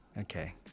okay